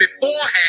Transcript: beforehand